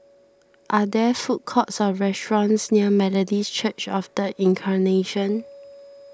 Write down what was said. are there food courts or restaurants near Methodist Church of the Incarnation